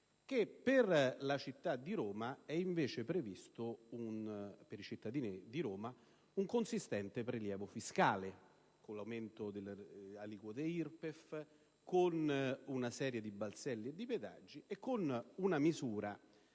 per i cittadini di Roma è previsto un consistente prelievo fiscale, con l'aumento delle aliquote IRPEF, con una serie di balzelli e di pedaggi e con una misura